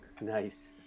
Nice